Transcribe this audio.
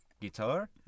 Guitar